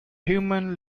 human